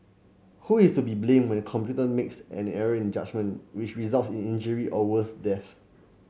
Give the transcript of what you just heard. who is to be blamed when a computer makes an error in judgement which results in injury or worse death